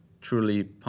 truly